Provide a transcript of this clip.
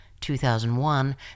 2001